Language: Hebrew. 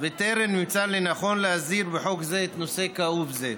וטרם נמצא לנכון להסדיר בחוק זה נושא כאוב זה.